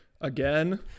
again